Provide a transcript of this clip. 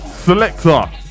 Selector